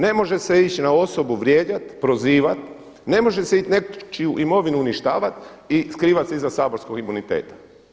Ne može se ići na osobu vrijeđati, prozivati, ne može se ići nečiju imovinu uništavati i skrivati se iza saborskog imuniteta.